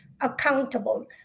accountable